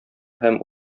һәм